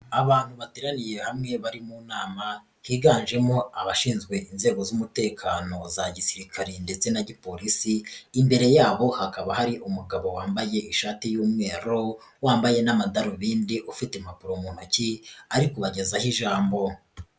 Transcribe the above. Abantu bateraniye hamwe bari mu nama higanjemo abashinzwe inzego z'umutekano za gisirikari ndetse na gipolisi, imbere yabo hakaba hari umugabo wambaye ishati y'umweru, wambaye n'amadarubindi ufite impapuro mu ntoki ari kubagezaho ijambo.